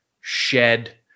shed